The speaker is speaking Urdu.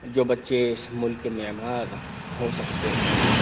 جو بچے اس ملک کے معمار ہو سکتے ہیں